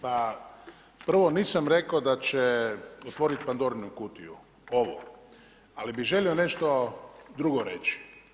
Pa prvo nisam rekao da će otvoriti Pandorinu kutiju ovo ali bi želio nešto drugo reći.